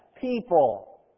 people